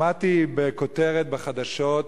שמעתי בכותרת בחדשות,